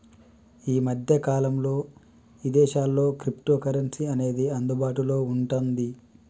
యీ మద్దె కాలంలో ఇదేశాల్లో క్రిప్టోకరెన్సీ అనేది అందుబాటులో వుంటాంది